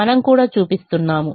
మనము కూడా చూపిస్తాము